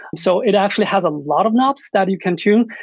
so it actually has a lot of knobs that you can tune.